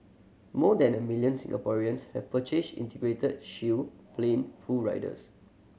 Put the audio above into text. more than a million Singaporeans have purchased Integrated Shield Plan full riders